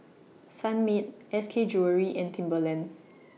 Sunmaid S K Jewellery and Timberland